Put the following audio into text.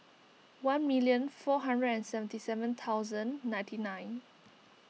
one million four hundred and seventy seven thousand ninety nine